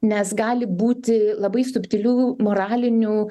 nes gali būti labai subtilių moralinių